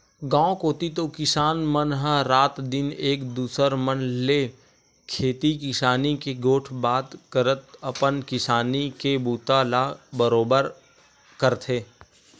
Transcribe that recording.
गाँव कोती तो किसान मन ह रात दिन एक दूसर मन ले खेती किसानी के गोठ बात करत अपन किसानी के बूता ला बरोबर करथे